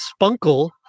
Spunkle